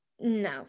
no